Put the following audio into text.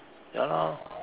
ya lah